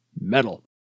metal